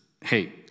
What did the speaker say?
Hey